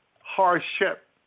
hardship